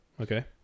Okay